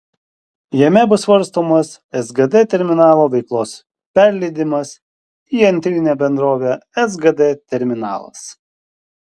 jame bus svarstomas sgd terminalo veiklos perleidimas į antrinę bendrovę sgd terminalas